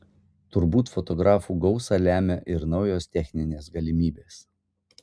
turbūt fotografų gausą lemia ir naujos techninės galimybės